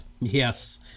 Yes